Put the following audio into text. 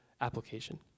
application